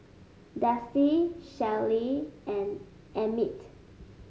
Dusty Shelly and Emmit